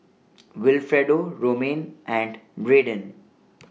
Wilfredo Romaine and Brayden